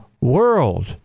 world